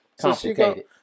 complicated